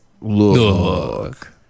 look